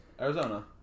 Arizona